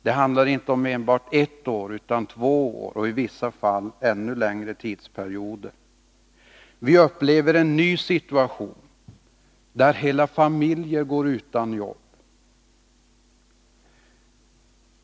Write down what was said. Det handlar inte om enbart ett år utan om två år och i vissa fall ännu längre tidsperioder. Vi upplever en ny situation, där hela familjer går utan jobb.